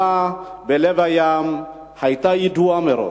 היא שאלה פשוטה: הפעולה בלב הים היתה ידועה מראש.